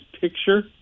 picture